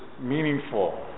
meaningful